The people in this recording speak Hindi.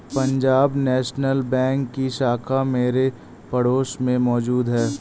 पंजाब नेशनल बैंक की शाखा मेरे पड़ोस में मौजूद है